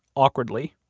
awkwardly,